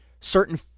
certain